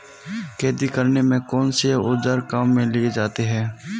खेती करने में कौनसे औज़ार काम में लिए जाते हैं?